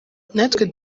natwe